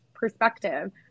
perspective